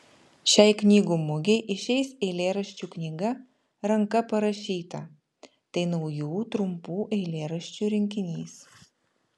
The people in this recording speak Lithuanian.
šiai knygų mugei išeis eilėraščių knyga ranka parašyta tai naujų trumpų eilėraščių rinkinys